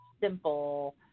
simple